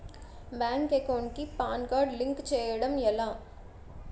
Bank account కి PAN card link చేయడం ఎలా?